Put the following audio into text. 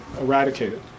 eradicated